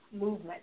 movement